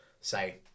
say